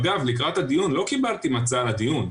אגב, לקראת הדיון לא קיבלתי מצע לדיון.